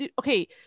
okay